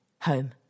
home